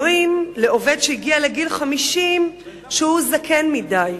אומרים לעובד שהגיע לגיל 50 שהוא זקן מדי,